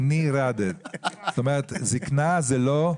זאת אומרת, זקנה זה לא אושר.